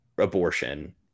abortion